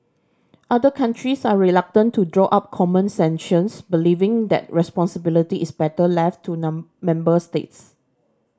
other countries are reluctant to draw up common sanctions believing that responsibility is better left to member states